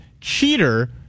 cheater